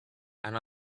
and